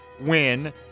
win